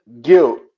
guilt